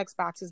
Xboxes